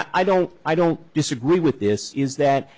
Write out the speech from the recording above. and i don't i don't disagree with this is that